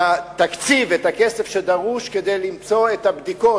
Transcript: תקציב את הכסף שדרוש כדי לערוך את הבדיקות.